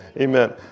Amen